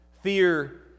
Fear